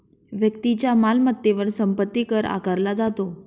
व्यक्तीच्या मालमत्तेवर संपत्ती कर आकारला जातो